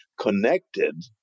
connected